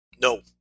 No